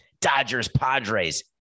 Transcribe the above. Dodgers-Padres